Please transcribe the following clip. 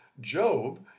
Job